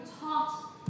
taught